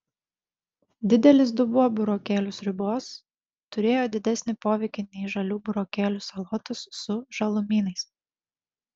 didelis dubuo burokėlių sriubos turėjo didesnį poveikį nei žalių burokėlių salotos su žalumynais